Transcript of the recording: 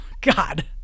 god